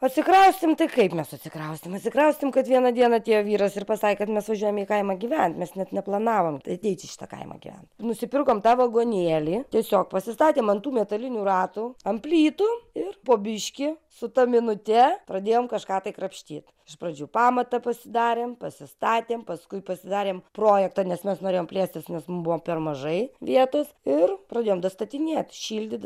atsikraustėm tai kaip mes atsikraustėm atsikraustėm kad vieną dieną atėjo vyras ir pasakė kad mes važiuojame į kaimą gyvent mes net neplanavom ateit į šitą kaimą gyvent nusipirkom tą vagonėlį tiesiog pasistatėm ant tų metalinių ratų ant plytų ir po biškį su ta minute pradėjom kažką tai krapštyt iš pradžių pamatą pasidarėm pasistatėm paskui pasidarėm projektą nes mes norėjom plėstis nes mum buvo per mažai vietos ir pradėjom dastatinėt šildyti